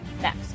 next